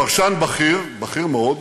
פרשן בכיר, בכיר מאוד,